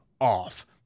off